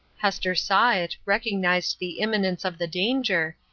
hester saw it, recognized the imminence of the danger,